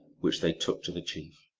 which they took to the chief.